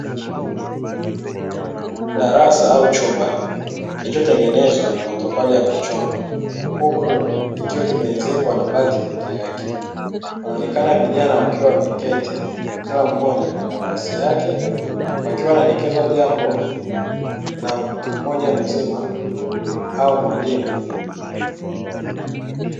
Darasa au chumba kilichotengenezwa na matofali ya kuchoma huku kikiwa kimeezekwa na bati peke yake, wanaonekana vijana wakiwa wameketi kila mmoja kwenye nafasi yake wakiwa wanaelekezwa jambo na mtu mmoja mzima au mwalimu.